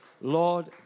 Lord